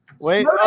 Wait